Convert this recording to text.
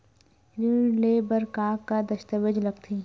ऋण ले बर का का दस्तावेज लगथे?